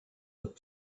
that